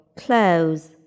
clothes